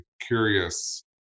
curious